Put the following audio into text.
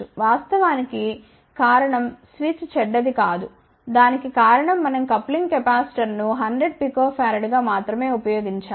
వాస్తవానికి కారణం స్విచ్ చెడ్డది కాదు దానికి కారణం మనం కప్లింగ్ కెపాసిటర్ను 100 pF గా మాత్రమే ఉపయోగించాము